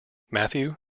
matthew